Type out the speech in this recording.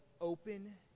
open